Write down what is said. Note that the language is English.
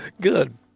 good